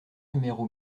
numéro